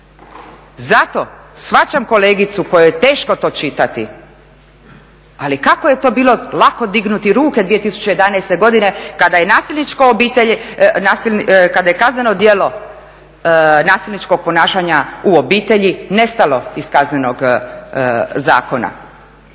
Zato shvaćam kolegicu kojoj je teško to čitati ali kako je to bilo lako dignuti ruke 2011. godine kada je kazneno djelo nasilničkog ponašanja u obitelji nestalo iz Kaznenog zakona,